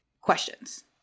Questions